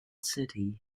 city